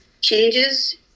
changes